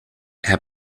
herr